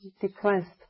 depressed